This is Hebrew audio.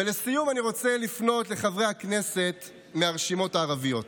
ולסיום אני רוצה לפנות לחברי הכנסת מהרשימות הערביות.